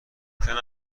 ممکن